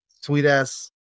sweet-ass